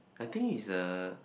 I think is a